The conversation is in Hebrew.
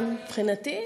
מבחינתי,